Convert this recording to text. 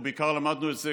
ובעיקר למדנו את זה,